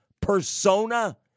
persona